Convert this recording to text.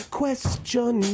question